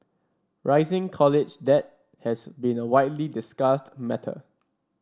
rising college debt has been a widely discussed matter